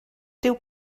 dyw